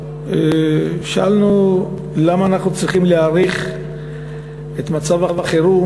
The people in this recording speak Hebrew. שאלנו למה אנחנו צריכים להאריך את מצב החירום,